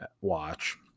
watch